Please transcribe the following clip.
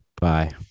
Bye